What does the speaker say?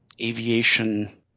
aviation